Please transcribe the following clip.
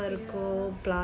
ya